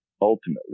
ultimately